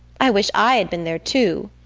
i wish i had been there too!